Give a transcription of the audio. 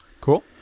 Cool